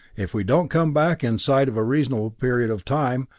if we don't come back inside of a reasonable period of time,